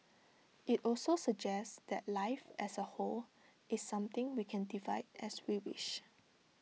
IT also suggests that life as A whole is something we can divide as we wish